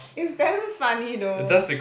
it's damn funny though